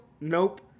Nope